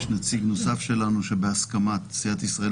יש נציג נוסף שלנו שבהסכמת סיעת ישראל